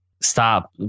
stop